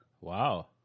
Wow